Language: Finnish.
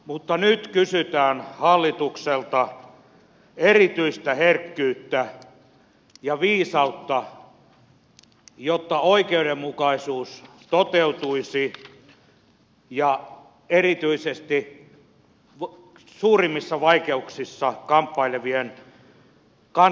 mutta nyt kysytään hallitukselta erityistä herkkyyttä ja viisautta jotta oikeudenmukaisuus toteutuisi ja erityisesti suurimmissa vaikeuksissa kamppailevien kansalaisten asema paranisi